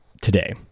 today